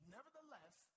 Nevertheless